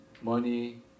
Money